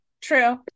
true